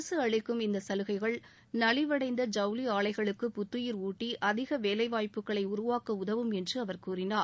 அரசு அளிக்கும் இந்த சலுகைகள் நலிவடைந்த ஜவுளி ஆலைகளுக்கு புத்துயிர் ஊட்டி அதிக வேலைவாய்ப்புகளை உருவாக்க உதவும் என்று அவர் கூறினார்